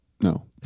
No